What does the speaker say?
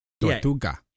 Tortuga